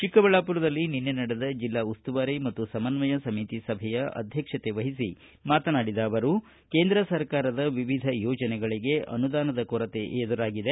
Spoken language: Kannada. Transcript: ಚಿಕ್ಕಬಳ್ಳಾಪುರದಲ್ಲಿ ನಿನ್ನೆ ನಡೆದ ಜಿಲ್ಲಾ ಉಸ್ತುವಾರಿ ಮತ್ತು ಸಮನ್ವಯ ಸಮಿತಿ ಸಭೆಯ ಅಧ್ಯಕ್ಷತೆ ವಹಿಸಿ ಮಾತನಾಡಿದ ಅವರು ಕೇಂದ್ರ ಸರ್ಕಾರದ ವಿವಿಧ ಯೋಜನೆಗಳಿಗೆ ಅನುದಾನದ ಕೊರತೆ ಎದುರಾಗಿದೆ